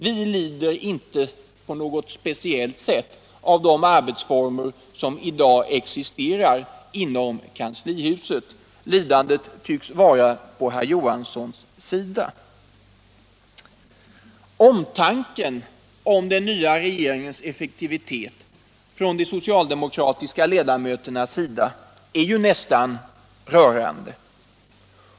Vi lider inte speciellt av de arbetsformer som i dag existerar inom kanslihuset — lidandet tycks vara på herr Johanssons sida. Omtanken om den nya regeringens effektivitet från de socialdemokratiska ledamöterna är nästan rörande.